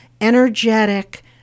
energetic